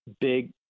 big